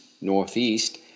northeast